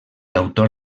autor